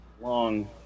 long